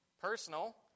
Personal